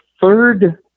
third